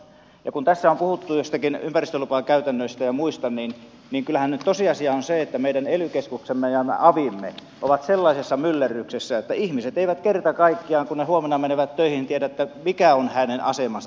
ja kun tässä on puhuttu joistakin ympäristölupakäytännöistä ja muista niin kyllähän nyt tosiasia on se että meidän ely keskuksemme ja avimme ovat sellaisessa myllerryksessä että ihmiset eivät kerta kaikkiaan kun he huomenna menevät töihin tiedä mikä on heidän asemansa silloin